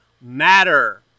matter